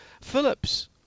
Phillips